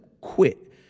quit